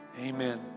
Amen